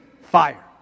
fire